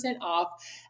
off